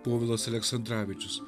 povilas aleksandravičius